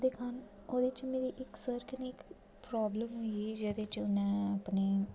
ओह्दे च में इक सर कन्नै प्राॅब्लम ही जेह्दे च उ'न्नै अपने